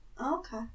Okay